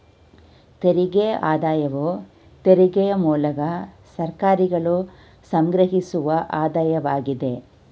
ತೆರಿಗೆ ಆದಾಯವು ತೆರಿಗೆಯ ಮೂಲಕ ಸರ್ಕಾರಗಳು ಸಂಗ್ರಹಿಸುವ ಆದಾಯವಾಗಿದೆ